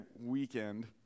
weekend